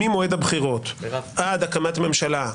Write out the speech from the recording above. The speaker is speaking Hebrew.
ממועד הבחירות עד הקמת ממשלה,